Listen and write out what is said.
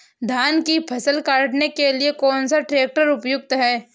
धान की फसल काटने के लिए कौन सा ट्रैक्टर उपयुक्त है?